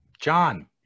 John